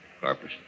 Carpus